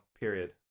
period